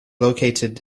located